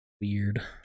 weird